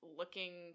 looking